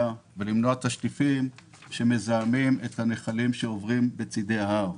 ולמנוע תשטיפים שמזהמים את הנחלים שעוברים בצדי ההר,